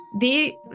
they-